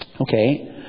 Okay